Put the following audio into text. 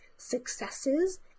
successes